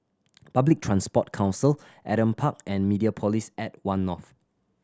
Public Transport Council Adam Park and Mediapolis at One North